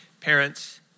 Parents